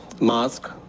mask